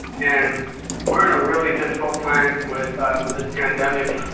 and we're in a really difficult time with with this pandemic.